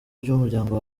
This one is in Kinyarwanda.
by’umuryango